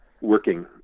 working